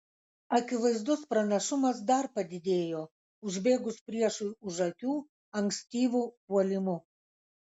akivaizdus pranašumas dar padidėjo užbėgus priešui už akių ankstyvu puolimu